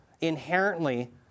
inherently